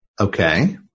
Okay